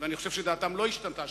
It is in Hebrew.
ואני חושב שדעתם לא השתנתה,